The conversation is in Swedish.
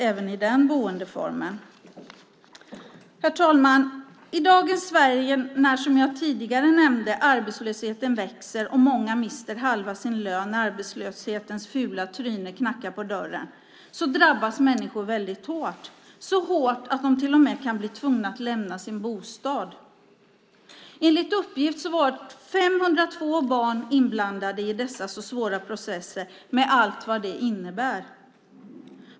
Även i den boendeformen behövs det trygghet. Herr talman! När många i Sverige mister halva sin lön och arbetslösheten sticker upp sitt fula tryne drabbas människor hårt, så hårt att de till och med kan bli tvungna att lämna sin bostad. Enligt uppgift är 502 barn inblandade i dessa svåra processer med allt vad det innebär.